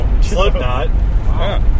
Slipknot